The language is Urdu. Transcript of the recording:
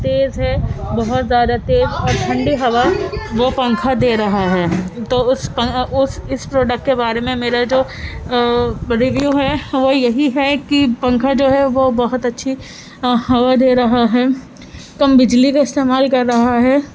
تیز ہے بہت زیادہ تیز اور ٹھنڈی ہوا وہ پنکھا دے رہا ہے تو اس اس اس پروڈکٹ کے بارے میں میرا جو ریویو ہے وہ یہی ہے کہ پنکھا جو ہے وہ بہت اچھی ہوا دے رہا ہے کم بجلی کا استعمال کر رہا ہے